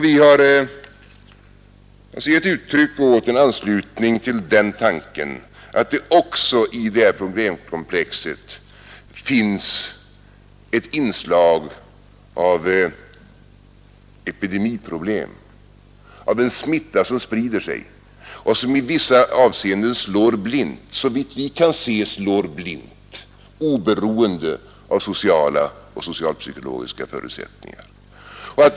Vi har alltså givit uttryck för en anslutning till tanken att det också i detta problemkomplex finns ett inslag av epidemi, en smitta som sprider sig och som i vissa avseenden såvitt vi kan se slår blint, oberoende av sociala och socialpsykologiska förutsättningar.